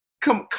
Come